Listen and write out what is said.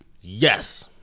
Yes